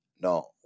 No